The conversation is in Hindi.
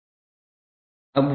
अब वोल्टेज 𝑣 क्या है